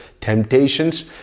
Temptations